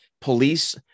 police